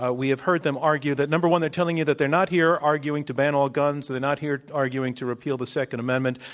ah we have heard them argue that number one they're telling you that they're not here arguing to ban all guns, they're not here arguing to repeal the second amendment,